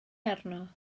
arno